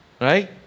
Right